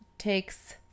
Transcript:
takes